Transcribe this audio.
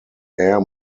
air